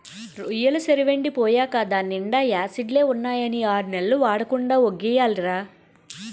రొయ్యెల సెరువెండి పోయేకా దాన్నీండా యాసిడ్లే ఉన్నాయని ఆర్నెల్లు వాడకుండా వొగ్గియాలిరా